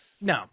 No